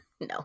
no